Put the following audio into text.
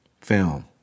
film